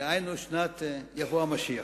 דהיינו, שנת יבוא המשיח.